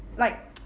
like